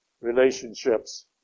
relationships